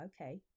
okay